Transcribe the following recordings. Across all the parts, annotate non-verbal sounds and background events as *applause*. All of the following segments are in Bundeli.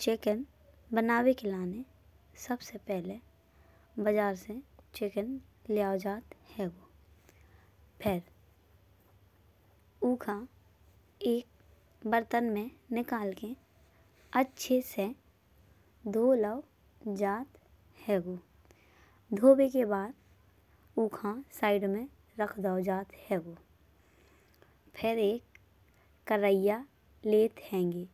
चिकन बनाबे के लाने सबसे पहिले बज़ार से चिकन लाओ जात हइँगो। फिर ऊखा एक बर्तन में निकालके अच्छे से धो लाओ जात हइँगो। धोबे के बाद ऊखा साइड में रख दाओ जात हइँगो। फिर एक कराहियन लेत हइँगे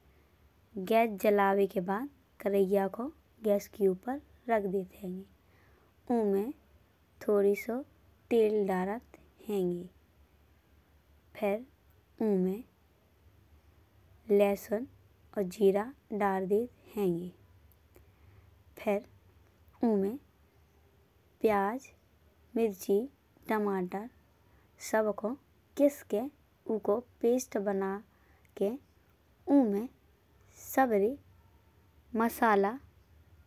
गैस जलाबे। के बाद कराहियन को गैस के ऊपर रख देत हइँगे। ऊमे थोड़ी सो तेल दारत हइँगे फिर ऊमे लहसुन और जीरा दार देत। हइँगे फिर ऊमे प्याज मिर्ची टमाटर सबको किसकेऊको पेस्ट बनाके। ऊमे सबरे मसाला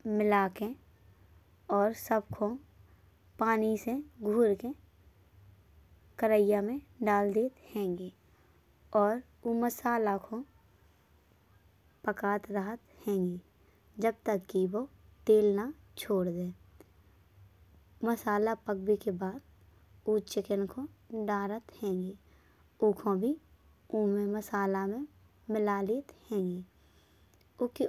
मिलाके और सबखा पानी से घोर के कराहियन में डाल देत हइँगे। और ऊ मसाला को पकात रहत हइँगे जब तक कि वौ तेल ना छोड़ दे। मसाला पकबे के बाद ऊ चिकन को दारत हइँगे। ऊको भी ऊमे मसाला में मिला लेत हइँगे। *hesitation*